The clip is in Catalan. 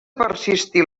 persistir